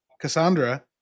Cassandra